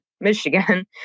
Michigan